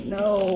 no